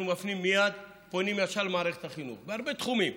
פונים ישר למערכת החינוך בהרבה תחומים.